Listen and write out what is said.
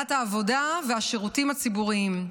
ועדת העבודה והשירותים הציבוריים.